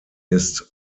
ist